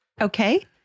Okay